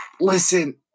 listen